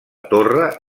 torre